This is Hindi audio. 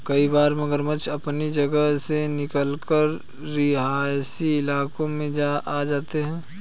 कई बार मगरमच्छ अपनी जगह से निकलकर रिहायशी इलाकों में आ जाते हैं